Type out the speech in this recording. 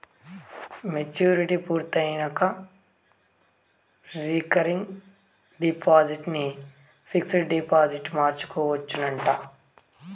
maturity పూర్తయినంక recurring deposit ని fixed డిపాజిట్గ మార్చుకోవచ్చునంట